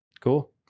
Cool